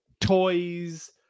toys